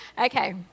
Okay